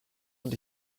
und